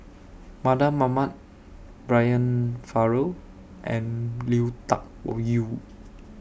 Mardan Mamat Brian Farrell and Lui Tuck Yew